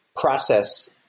process